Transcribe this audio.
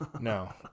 No